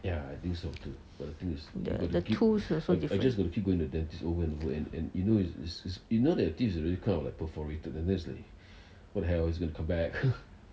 the tools also different